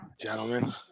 gentlemen